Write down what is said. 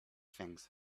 things